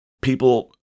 people